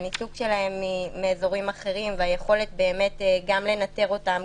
הניתוק שלהם מאזורים אחרים והיכולת גם לנטר אותם,